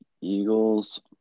Eagles